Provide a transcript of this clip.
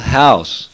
house